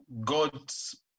God's